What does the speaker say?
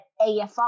AFR